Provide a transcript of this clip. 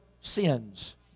sins